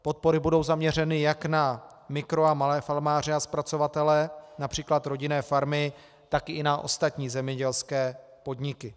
Podpory budou zaměřeny jak na mikro a malé farmáře a zpracovatele, například rodinné farmy, tak i na ostatní zemědělské podniky.